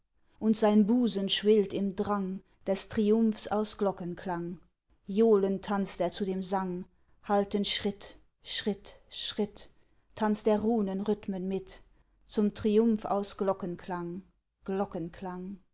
und sein busen schwillt im drang des triumphs aus glockenklang johlend tanzt er zu dem sang haltend schritt schritt schritt tanzt er runenrhythmen mit zum triumph aus glockenklang